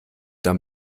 dann